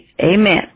Amen